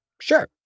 Sure